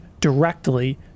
directly